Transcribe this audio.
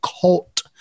cult